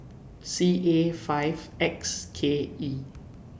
C A five X K E